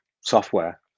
software